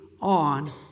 on